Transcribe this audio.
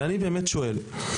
ואני באמת שואל,